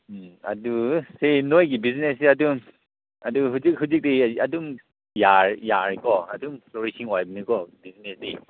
ꯎꯝ ꯑꯗꯨ ꯁꯤ ꯅꯣꯏꯒꯤ ꯕꯤꯖꯤꯅꯦꯁꯁꯦ ꯑꯗꯨꯝ ꯑꯗꯨ ꯍꯧꯖꯤꯛ ꯍꯧꯖꯤꯛꯇꯤ ꯑꯗꯨꯝ ꯌꯥꯔꯦꯀꯣ ꯑꯗꯨꯝ ꯄ꯭ꯔꯣꯒꯦꯁꯤꯡ ꯑꯣꯏꯕꯅꯤꯀꯣ ꯕꯤꯖꯤꯅꯦꯁꯇꯤ